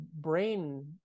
brain